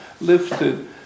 lifted